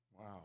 Wow